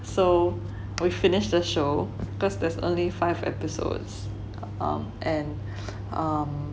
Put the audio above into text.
so we've finished the show because there's only 5 episodes um and um